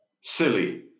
Silly